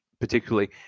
particularly